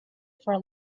for